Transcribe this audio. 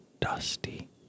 dusty